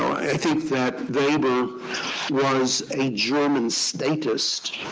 i think that weber was a german statist,